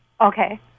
Okay